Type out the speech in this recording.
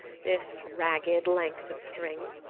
this ragged length of string.